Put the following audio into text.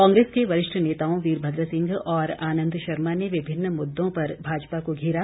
कांग्रेस के वरिष्ठ नेताओं वीरभद्र सिंह और आनंद शर्मा ने विभिन्न मुद्दों पर भाजपा को घेरा